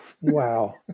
wow